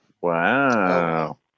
Wow